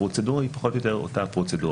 הפרוצדורה היא פחות או יותר אותה פרוצדורה.